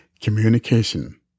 Communication